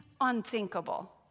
unthinkable